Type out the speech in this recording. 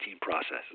processes